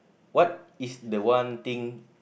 what is the one thing